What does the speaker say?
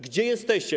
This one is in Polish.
Gdzie jesteście?